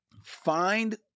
find